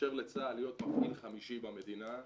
לאפשר לצה"ל להיות מפעיל חמישי במדינה,